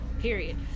period